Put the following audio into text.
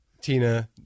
Tina